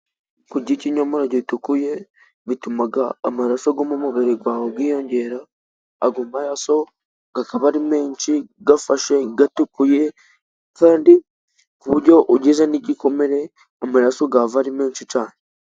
Kurya ikinyomoro gitukuye, bituma amaraso yo mu mubiri wawe yiyongera, ayo maraso akaba ari menshi afashe, atukuye, kandi ku buryo ugize n'igikomere, amaraso yava ari menshi cyane.